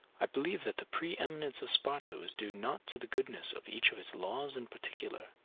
i believe that the pre-eminence of sparta was due not to the goodness of each of its laws in particular,